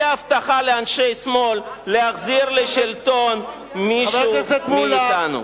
היא ההבטחה לאנשי השמאל להחזיר לשלטון מישהו מאתנו.